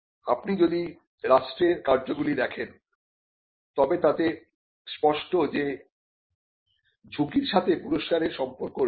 আপনি যদি রাষ্ট্রের কাজগুলি দেখেন তবে তাতে স্পষ্ট যে ঝুঁকির সাথে পুরস্কারের সম্পর্ক রয়েছে